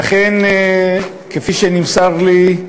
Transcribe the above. ואכן, כפי שנמסר לי,